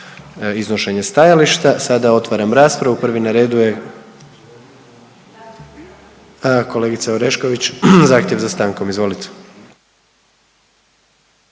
iznošenje stajališta. Sada otvaram raspravu, prvi na redu je kolegica Orešković, zahtjev za stankom, izvolite.